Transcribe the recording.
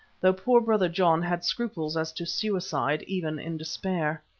though poor brother john had scruples as to suicide, even in despair.